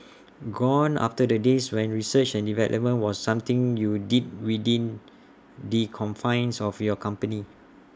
gone are the days when research and development was something you did within the confines of your company